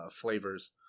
flavors